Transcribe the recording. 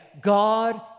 God